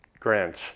Grinch